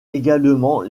également